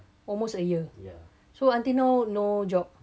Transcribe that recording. almost a year so until now no job